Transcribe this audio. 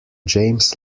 james